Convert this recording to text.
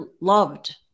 loved